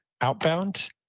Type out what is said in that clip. outbound